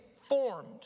formed